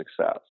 success